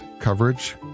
coverage